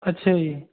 ਅੱਛਾ ਜੀ